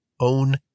own